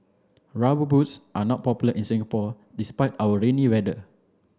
rubber boots are not popular in Singapore despite our rainy weather